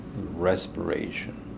respiration